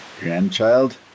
grandchild